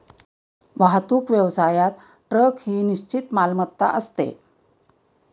वाहतूक व्यवसायात ट्रक ही निश्चित मालमत्ता असते